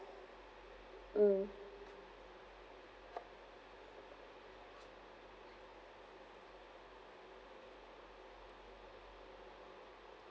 mm